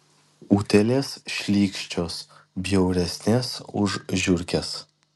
utėlės šlykščios bjauresnės už žiurkes